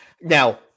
now